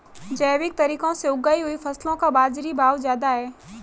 जैविक तरीके से उगाई हुई फसलों का बाज़ारी भाव ज़्यादा है